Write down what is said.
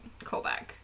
callback